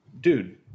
dude